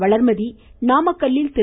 வளர்மதி நாமக்கல்லில் திரு